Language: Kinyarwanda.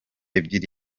ebyiri